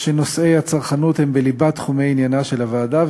שנושאי הצרכנות הם בליבת תחומי עניינה של הוועדה,